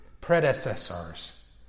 predecessors